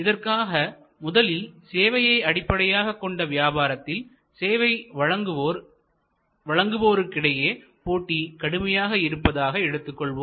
இதற்காக முதலில் சேவையை அடிப்படையாகக் கொண்ட வியாபாரத்தில் சேவை வழங்குவோர் களுக்கிடையே போட்டி கடுமையாக இருப்பதாக எடுத்துக்கொள்வோம்